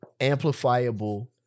amplifiable